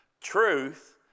truth